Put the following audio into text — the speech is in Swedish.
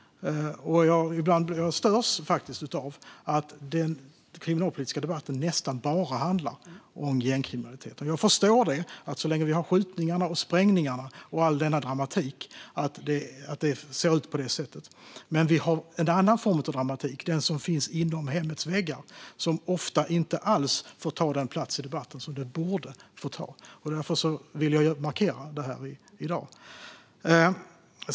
Jag störs ibland av att den kriminalpolitiska debatten nästan bara handlar om gängkriminalitet. Jag förstår att det ser ut på det sättet så länge vi har skjutningarna och sprängningarna och all denna dramatik. Men vi har också en annan dramatik: den som finns inom hemmets väggar och som ofta inte alls får ta den plats i debatten som den borde få ta. Därför vill jag markera det här i dag.